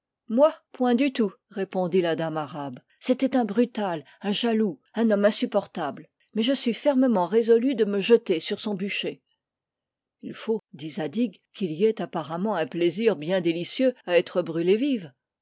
moi point du tout répondit la dame arabe c'était un brutal un jaloux un homme insupportable mais je suis fermement résolue de me jeter sur son bûcher il faut dit zadig qu'il y ait apparemment un plaisir bien délicieux à être brûlée vive